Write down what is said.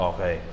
Okay